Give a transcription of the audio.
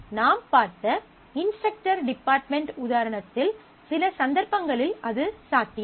நாம் பார்த்த instructor department உதாரணத்தில் சில சந்தர்ப்பங்களில் அது சாத்தியம்